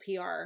PR